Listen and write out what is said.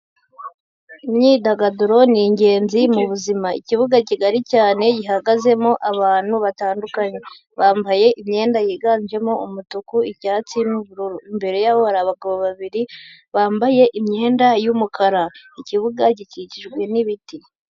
imyidagaduro ni ingenzi mu buzima. Ikibuga kigari cyane gihagazemo abantu batandukanye bambaye imyenda yiganjemo umutuku icyatsi n'ubururu imbere yaho abagabo babiri bambaye imyenda y'umukara ikibuga gikikijwe n'ibiti.